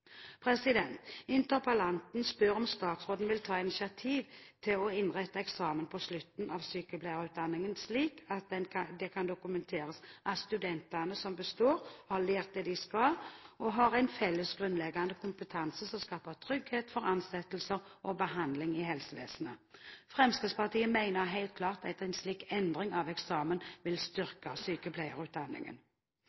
Interpellanten spør om statsråden vil ta initiativ til å innrette eksamen på slutten av sykepleierutdanningen slik at det kan dokumenteres at studentene som består, har lært det de skal og har en felles, grunnleggende kompetanse som skaper trygghet for ansettelser og behandling i helsevesenet. Fremskrittspartiet mener helt klart at en slik endring av eksamen vil